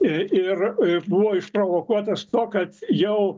ir buvo išprovokuotas to kad jau